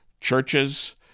churches